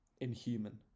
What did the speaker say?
inhuman